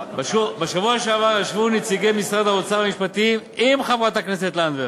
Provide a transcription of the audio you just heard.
בשבוע שעבר ישבו נציגי משרד האוצר ומשרד המשפטים עם חברת הכנסת לנדבר